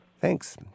Thanks